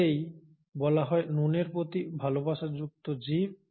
একেই বলা হয় নুনের প্রতি ভালোবাসাযুক্ত জীব